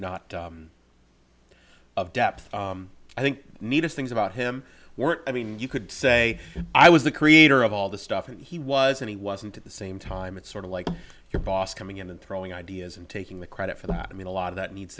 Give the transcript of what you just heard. depth i think neatest things about him were i mean you could say i was the creator of all the stuff and he wasn't he wasn't at the same time it's sort of like your boss coming in and throwing ideas and taking the credit for that i mean a lot of that needs